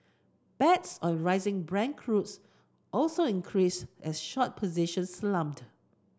bets on rising Brent also increased as short position slumped